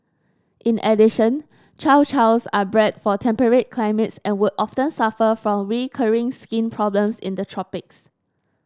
in addition Chow Chows are bred for temperate climates and would often suffer from recurring skin problems in the tropics